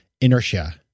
inertia